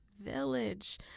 village